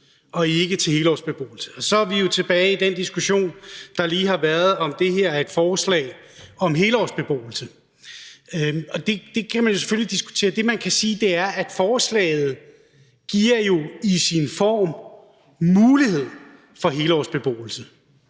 og ikke til helårsbeboelse. Så er vi jo tilbage i den diskussion, der lige har været, altså om det her er et forslag om helårsbeboelse – og det kan man selvfølgelig diskutere. Det, man kan sige, er, at forslaget i sin form jo giver mulighed for helårsbeboelse.